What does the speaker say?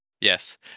Yes